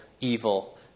evil